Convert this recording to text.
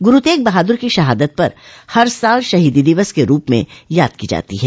गुरु तेग बहादुर की शहादत हर साल शहीदी दिवस के रूप में याद की जाती है